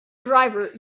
driver